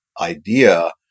idea